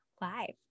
live